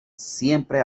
siempre